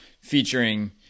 featuring